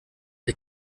der